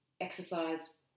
exercise